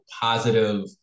positive